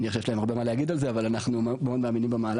אני מניח שיש להם הרבה מה להגיד על זה אבל אנחנו מאוד מאמינים במהלך.